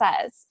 says